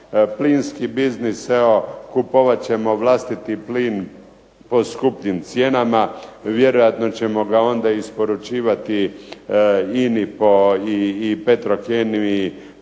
Plinski biznis evo kupovat ćemo vlastiti plin po skupljim cijenama, vjerojatno ćemo ga onda isporučivati INA-i i Petrokemiji